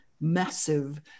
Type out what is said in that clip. massive